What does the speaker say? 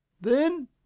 Then